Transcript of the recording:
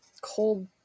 Cold